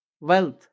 wealth